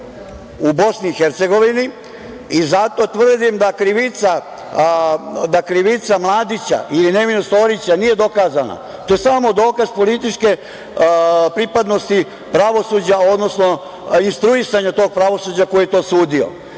u Bosni i Hercegovini i zato tvrdim da krivica Mladića ili nevinost Orića nije dokazana, to je samo dokaz političke pripadnosti pravosuđa, odnosno instruisanja tog pravosuđa koji je to osudio.